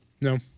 No